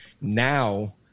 Now